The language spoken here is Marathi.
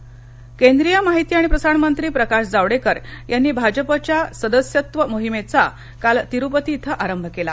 जावडेकर केंद्रीय माहिती आणि प्रसारण मंत्री प्रकाश जावडेकर यांनी भाजपाच्या सदस्यत्व मोहिमेचा काल तिरुपती इथं आरंभ केला